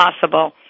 possible